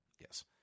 Yes